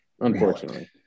unfortunately